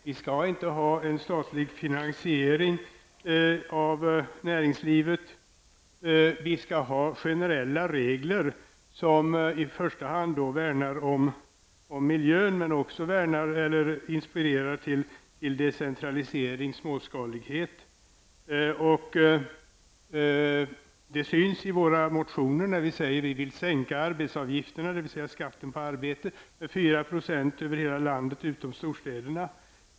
Vi skall inte ha en statlig finansiering av näringslivet. Vi skall ha generella regler som i första hand värnar om miljön, men också inspirerar till decentralisering och småskalighet. Detta märks i våra motioner, där vi säger att vi vill sänka arbetsgivaravgifterna, dvs. skatten på arbete, med 4 % över hela landet utom i storstäderna.